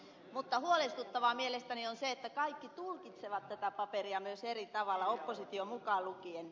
mutta huolestuttavaa mielestäni on se että kaikki tulkitsevat tätä paperia myös eri tavalla oppositio mukaan lukien